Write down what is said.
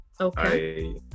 Okay